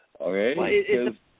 okay